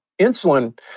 insulin